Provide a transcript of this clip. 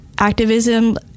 activism